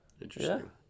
Interesting